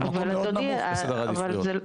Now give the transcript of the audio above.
זה במקום מאוד נמוך בסדר העדיפויות.